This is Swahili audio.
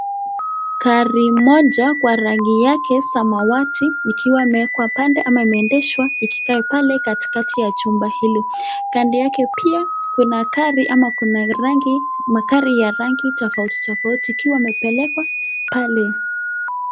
Gari moja kwa rangi yake samwati ikiwa imewekwa pande ama imeendeshwa ikikae pale katikati ya jumba hili. Kando yake pia kuna gari ama kuna rangi, magari ya rangi tofauti tofauti ikiwa imepelekwa pale.